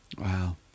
Wow